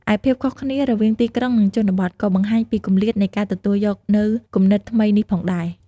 ឯភាពខុសគ្នារវាងទីក្រុង និងជនបទ ក៏បង្ហាញពីគម្លាតនៃការទទួលយកនូវគំនិតថ្មីនេះផងដែរ។